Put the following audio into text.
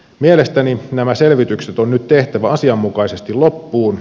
mielestäni nämä selvitykset on nyt tehtävä asianmukaisesti loppuun